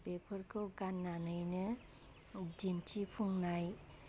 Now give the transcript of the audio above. बेफोरखौ गाननानैनो दिन्थिफुंनाय